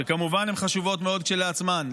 שכמובן הן חשובות מאוד כשלעצמן,